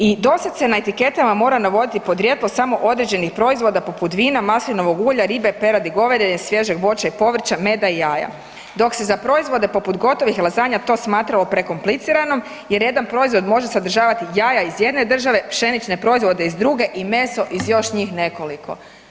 I dosad se na etiketama mora navoditi podrijetlo samo određenih proizvoda poput vina, maslinovog ulja, ribe, peradi, goveda, svježeg voća i povrća, meda i jaja dok se za proizvode poput gotovih lazanja to smatramo prekomplicirano jer jedan proizvod može sadržavati jaja iz jedne države, pšenične proizvode iz druge iz druge i meso iz još njih nekoliko.